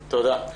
תודה.